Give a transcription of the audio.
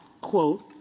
quote